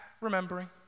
Remembering